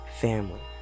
family